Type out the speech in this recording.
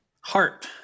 Heart